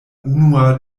unua